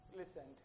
listen